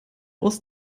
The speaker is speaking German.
aus